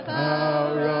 power